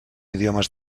idiomes